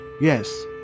Yes